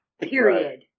period